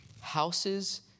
Houses